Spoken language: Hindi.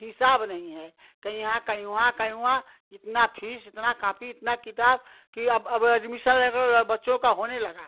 हिसाब नहीं है कहीं यहाँ कहीं उहाँ कहीं उहाँ इतना फीस इतना कापी इतना किताब कि अब अब एडमिसन लेकर अब बच्चों का होने लगा